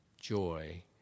joy